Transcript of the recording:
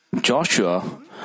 Joshua